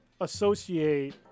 associate